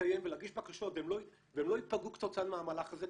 להתקיים ולהגיש בקשות והם לא ייפגעו כתוצאה מהמהלך הזה,